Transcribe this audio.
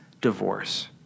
divorce